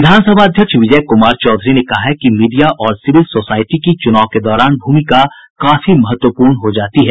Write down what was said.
विधान सभा अध्यक्ष विजय कुमार चौधरी ने कहा है कि मीडिया और सिविल सोसायटी की चुनाव के दौरान भूमिका काफी महत्वपूर्ण हो जाती है